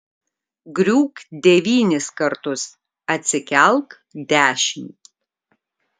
griūk devynis kartus atsikelk dešimt